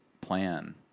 plan